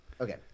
okay